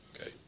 Okay